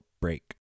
break